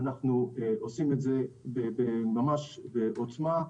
ואנחנו עושים את זה ממש בעוצמה.